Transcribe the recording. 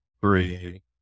three